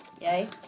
Yay